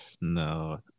No